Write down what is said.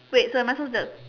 wait so am I supposed to